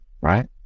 right